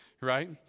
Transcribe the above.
right